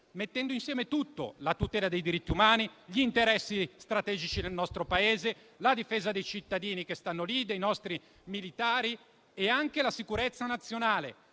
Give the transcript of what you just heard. mettendo insieme tutto: la tutela dei diritti umani, gli interessi strategici del nostro Paese, la difesa dei cittadini che si trovano lì e dei nostri militari e anche la sicurezza nazionale.